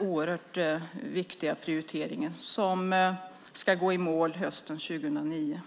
oerhört viktiga prioriteringen som ska gå i mål hösten 2009.